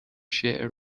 شعر